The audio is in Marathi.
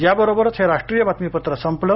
याबरोबरच हे राष्ट्रीय बातमीपत्र संपलं